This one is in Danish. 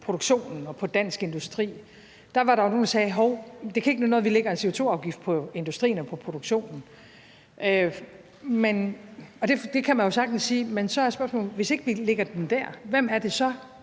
produktionen og på dansk industri, var der jo nogle, der sagde: Hov, det kan ikke nytte noget, at vi lægger en CO2-afgift på industrien og på produktionen. Og det kan man jo sagtens sige. Men så er spørgsmålet: Hvis ikke vi lægger den dér, hvem er det så,